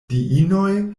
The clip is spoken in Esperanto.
diinoj